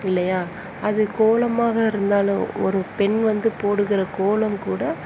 இல்லையா அது கோலமாக இருந்தாலும் ஒரு பெண் வந்து போடுகிற கோலம் கூட